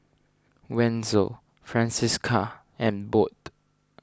Wenzel Francisca and Bode